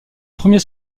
premiers